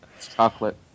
Chocolate